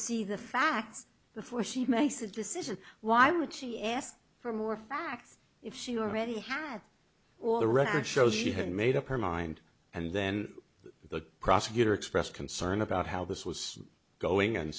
see the facts before she makes a decision why would she ask for more facts if she already has all the record shows she had made up her mind and then the the prosecutor expressed concern about how this was going and